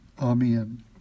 Amen